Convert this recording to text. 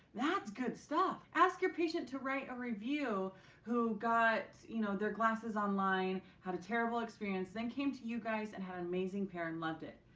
that's good stuff! ask your patient to write a review who got you know their glasses online had a terrible experience. then came to you guys and had an amazing pair and loved it.